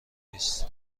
نیست